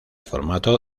formato